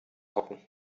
hocken